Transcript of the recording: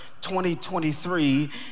2023